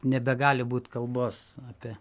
nebegali būti kalbos apie